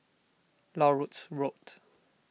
Larut Road